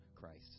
Christ